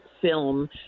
film